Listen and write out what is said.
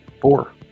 Four